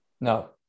No